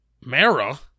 Mara